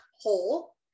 hole